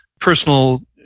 personal